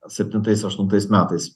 septintais aštuntais metais